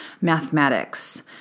mathematics